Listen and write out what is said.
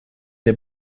der